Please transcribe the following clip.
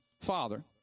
father